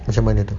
macam mana